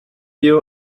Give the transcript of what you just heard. you